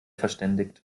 verständigt